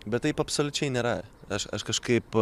bet taip absoliučiai nėra aš aš kažkaip